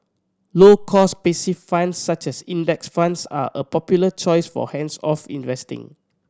low cost passive funds such as Index Funds are a popular choice for hands off investing